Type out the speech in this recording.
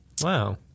Wow